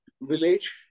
village